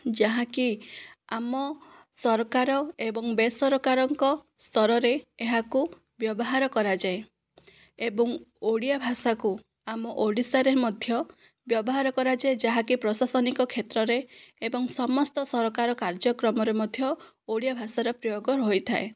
ଯାହାକି ଆମ ସରକାର ଏବଂ ବେସରକାରଙ୍କ ସ୍ତରରେ ଏହାକୁ ବ୍ୟବହାର କରାଯାଏ ଏବଂ ଓଡ଼ିଆ ଭାଷାକୁ ଆମ ଓଡ଼ିଶାରେ ମଧ୍ୟ ବ୍ୟବହାର କରାଯାଏ ଯାହାକି ପ୍ରଶାସନିକ କ୍ଷେତ୍ରରେ ଏବଂ ସମସ୍ତ ସରକାର କାର୍ଯ୍ୟକ୍ରମରେ ମଧ୍ୟ ଓଡ଼ିଆ ଭାଷାର ପ୍ରୟୋଗ ରହିଥାଏ